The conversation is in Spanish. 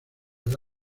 life